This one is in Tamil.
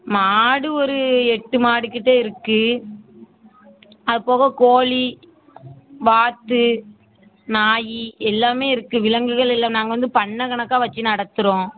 மாடு ஒரு எட்டு மாடுக்கிட்ட இருக்குது அதுபோக கோ வாத்து நாய் எல்லாமே இருக்குது விலங்குகள் இல்லை நாங்கள் வந்து பண்ணை கணக்காக வச்சு நடத்துகிறோம்